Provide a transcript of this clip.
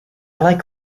like